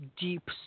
deep